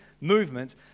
movement